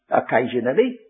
occasionally